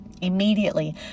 Immediately